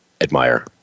admire